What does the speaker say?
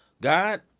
God